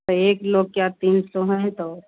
तो एक लोग क्या तीन सौ हैं तो